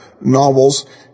novels